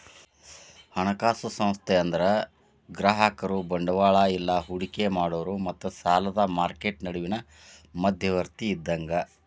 ಹಣಕಾಸು ಸಂಸ್ಥೆ ಅಂದ್ರ ಗ್ರಾಹಕರು ಬಂಡವಾಳ ಇಲ್ಲಾ ಹೂಡಿಕಿ ಮಾಡೋರ್ ಮತ್ತ ಸಾಲದ್ ಮಾರ್ಕೆಟ್ ನಡುವಿನ್ ಮಧ್ಯವರ್ತಿ ಇದ್ದಂಗ